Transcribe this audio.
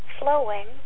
flowing